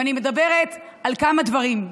ואני מדברת על כמה דברים.